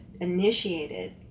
initiated